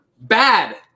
Bad